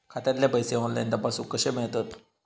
खात्यातले पैसे ऑनलाइन तपासुक कशे मेलतत?